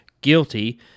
guilty